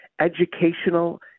educational